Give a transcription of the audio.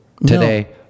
today